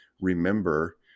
remember